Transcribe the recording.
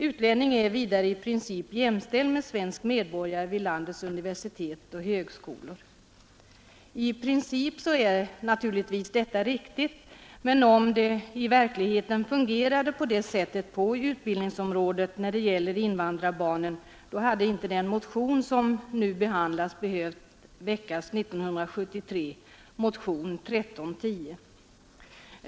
Utlänning är vidare i princip jämställd med svensk medborgare i fråga om rätt I princip är naturligtvis detta riktigt, men om det i verkligheten fungerade på det sättet på utbildningsområdet när det gäller invandrarbarnen, hade inte den motion som nu behandlas, nr 1310, behövt väckas 1973.